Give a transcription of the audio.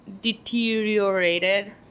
deteriorated